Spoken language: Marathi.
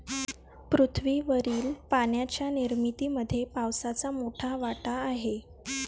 पृथ्वीवरील पाण्याच्या निर्मितीमध्ये पावसाचा मोठा वाटा आहे